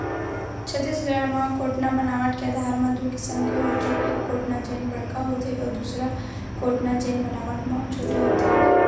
छत्तीसगढ़ म कोटना बनावट के आधार म दू किसम के होथे, एक कोटना जेन बड़का होथे अउ दूसर कोटना जेन बनावट म छोटे होथे